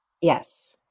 Yes